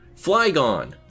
Flygon